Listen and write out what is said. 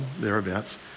thereabouts